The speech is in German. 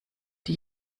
die